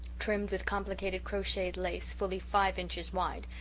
trimmed with complicated crocheted lace fully five inches wide,